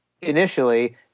initially